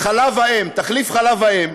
חלב האם, תחליף חלב האם,